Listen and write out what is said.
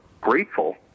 grateful